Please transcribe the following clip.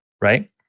right